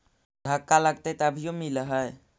धक्का लगतय तभीयो मिल है?